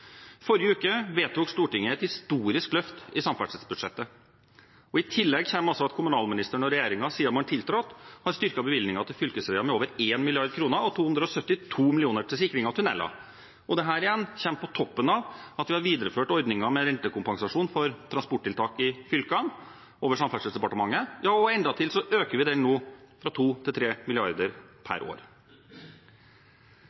Forrige uke vedtok Stortinget et historisk løft i samferdselsbudsjettet. I tillegg kommer altså at kommunalministeren og regjeringen siden man tiltrådte har styrket bevilgningene til fylkesveier med over 1 mrd. kr og 272 mill. kr til sikring av tunneler. Dette kommer på toppen av at vi har videreført ordningen med rentekompensasjon for transporttiltak i fylkene over Samferdselsdepartementet, og endatil øker vi den nå fra 2 til